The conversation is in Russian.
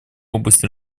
области